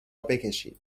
بکشید